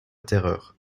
terreur